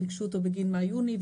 ביקשו אותו בגין מאי-יוני,